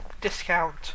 Discount